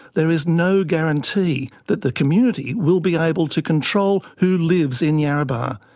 there is no guarantee that the community will be able to control who lives in yarrabah.